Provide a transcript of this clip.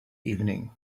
evening